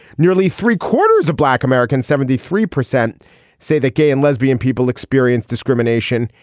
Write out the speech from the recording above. nearly three quarters of black americans seventy three percent say that gay and lesbian people experience discrimination.